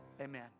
amen